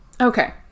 okay